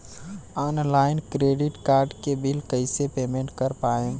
Online credit card के bill कइसे payment कर पाएम?